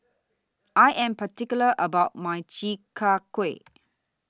I Am particular about My Chi Kak Kuih